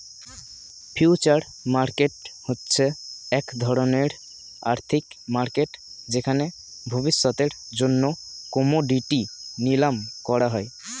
future market হচ্ছে এক ধরণের আর্থিক মার্কেট যেখানে ভবিষ্যতের জন্য কোমোডিটি নিলাম করা হয়